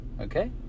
Okay